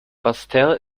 basseterre